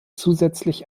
zusätzlich